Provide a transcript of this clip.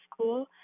school